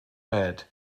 bed